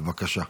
בבקשה.